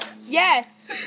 Yes